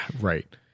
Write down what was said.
right